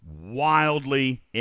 wildly